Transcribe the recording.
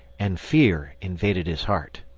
and fear invaded his heart.